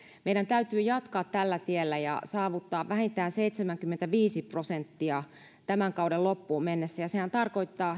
meidän täytyy jatkaa tällä tiellä ja saavuttaa vähintään seitsemänkymmentäviisi prosenttia tämän kauden loppuun mennessä ja sehän tarkoittaa